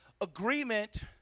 agreement